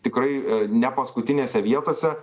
tikrai ne paskutinėse vietose